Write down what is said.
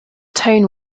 tone